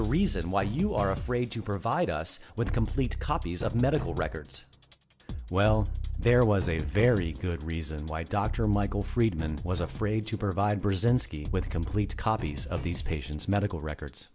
a reason why you are afraid to provide us with complete copies of medical records well there was a very good reason why dr michael friedman was afraid to provide brezinski with complete copies of these patient's medical records